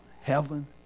heaven